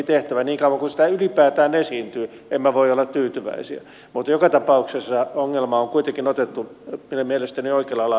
niin kauan kuin sitä ylipäätään esiintyy emme voi olla tyytyväisiä mutta joka tapauksessa ongelma on kuitenkin otettu mielestäni oikealla lailla vakavasti